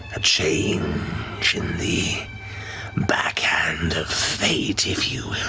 ah change in the backhand of fate, if you